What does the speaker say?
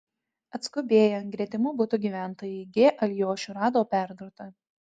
atskubėję gretimų butų gyventojai g alijošių rado perdurtą